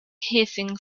hissing